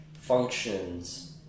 functions